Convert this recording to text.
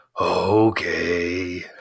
Okay